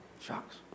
shocks